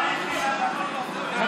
בבקשה.